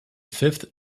fifth